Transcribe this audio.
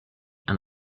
and